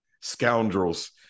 scoundrels